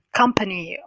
company